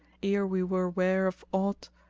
ere we were ware of aught,